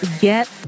get